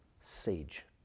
sage